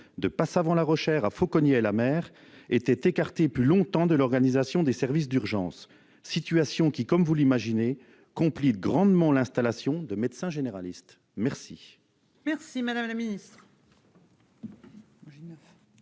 de Passavant-la-Rochère à Faucogney-et-la-Mer, serait écartée encore plus durablement de l'organisation des services d'urgence, situation qui, comme vous l'imaginez, complique grandement l'installation de médecins généralistes. La parole est à Mme la ministre